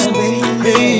baby